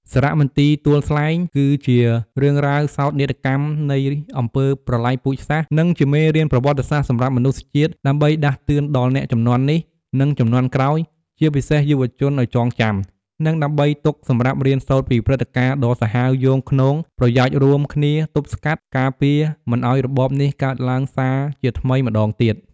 សារមន្ទីរទួលស្លែង គឺជារឿងរ៉ាវសោកនាដកម្ម នៃអំពើប្រល័យពូជសាសន៍ និងជាមេរៀនប្រវត្តិសាស្ត្រសម្រាប់មនុស្សជាតិ ដើម្បីដាស់តឿនដល់អ្នកជំនាន់នេះ និងជំនាន់ក្រោយ ជាពិសេសយុវជនឱ្យចងចាំ និងដើម្បីទុកសម្រាប់ រៀនសូត្រពីព្រឹត្តិការណ៍ដ៏សាហាវយង់ឃ្នង ប្រយោជន៍រួមគ្នាទប់ស្កាត់ការពារមិនឱ្យរបបនេះកើតឡើងសារជាថ្មីម្ដងទៀត។